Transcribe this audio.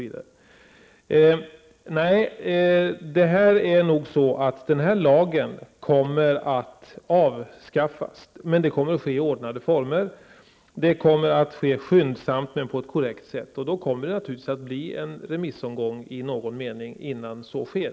Nej, den här lagen kommer nog att avskaffas, men det kommer att ske i ordnade former. Det kommer att ske skyndsamt men på ett korrekt sätt, och det kommer naturligtvis att bli en remissomgång i någon mening innan detta sker.